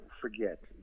forget